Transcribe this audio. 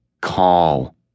Call